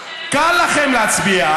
קל לכם להצביע.